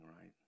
right